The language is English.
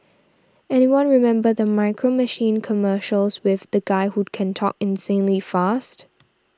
anyone remember the Micro Machines commercials with the guy who can talk insanely fast